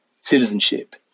citizenship